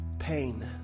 pain